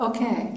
Okay